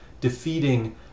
defeating